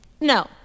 No